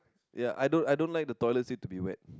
ya I don't I don't like the toilet seat to be wet